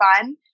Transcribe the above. fun